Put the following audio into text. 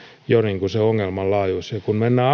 jo sen ongelman laajuus ja kun mennään